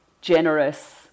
generous